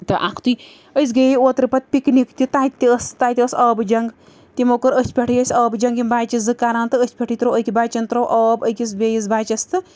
تہٕ اَکھتُے أسۍ گٔیے اوترٕ پَتہٕ پِکنِک تہِ تَتہِ تہِ ٲس تَتہِ ٲس آبہٕ جنٛگ تِمو کوٚر أتھۍ پٮ۪ٹھٕے ٲسۍ آبہٕ جنٛگ یِم بَچہٕ زٕ کَران تہٕ أتھۍ پٮ۪ٹھٕے ترٛوو أکۍ بَچَن ترٛوو آب أکِس بیٚیِس بَچَس تہٕ